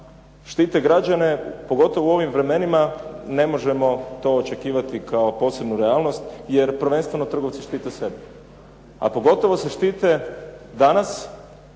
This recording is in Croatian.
štite građane pogotovo u ovim vremenima ne možemo to očekivati kao posebnu realnost jer prvenstveno trgovci štite sebe, a pogotovo se štite danas